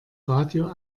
radio